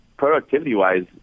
Productivity-wise